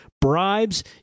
bribes